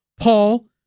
Paul